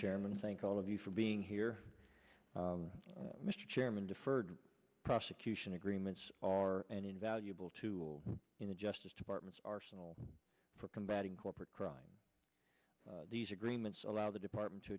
chairman thank all of you for being here mr chairman deferred prosecution agreements are an invaluable tool in the justice department's arsenal for combating corporate crime these agreements allow the department to